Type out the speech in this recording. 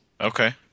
Okay